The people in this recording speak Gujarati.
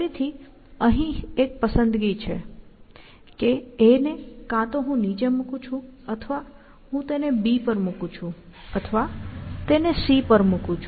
ફરીથી અહીં એક પસંદગી છે કે A ને કાં તો હું નીચે મૂકું છું અથવા હું તેને B પર મૂકું છું અથવા તેને C પર મૂકું છું અથવા તેને D પર મૂકું છું